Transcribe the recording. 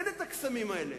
אין קסמים כאלה.